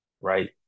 right